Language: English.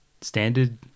standard